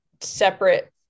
separate